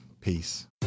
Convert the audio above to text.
Peace